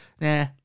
nah